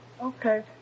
Okay